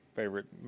favorite